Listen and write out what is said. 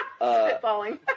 Spitballing